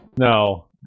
No